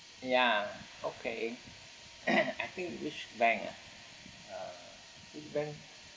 ya okay I think with which bank ah uh which bank